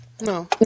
No